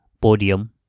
podium